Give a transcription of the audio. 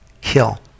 kill